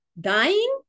dying